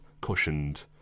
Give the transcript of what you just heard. cushioned